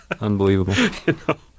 Unbelievable